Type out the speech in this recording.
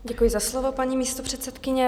Děkuji za slovo, paní místopředsedkyně.